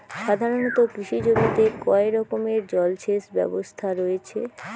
সাধারণত কৃষি জমিতে কয় রকমের জল সেচ ব্যবস্থা রয়েছে?